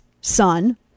son